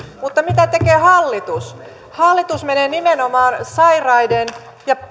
mutta mitä tekee hallitus hallitus menee nimenomaan sairaiden ja